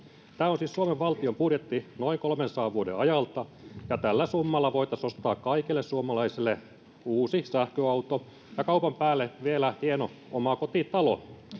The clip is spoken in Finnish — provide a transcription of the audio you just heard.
tämä on siis suomen valtion budjetti noin kolmensadan vuoden ajalta ja tällä summalla voitaisiin ostaa kaikille suomalaisille uusi sähköauto ja kaupan päälle vielä hieno omakotitalo